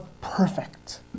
perfect